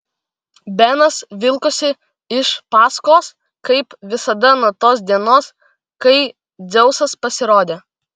benas vilkosi iš paskos kaip visada nuo tos dienos kai dzeusas pasirodė